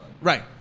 right